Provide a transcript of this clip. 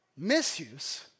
Misuse